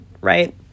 right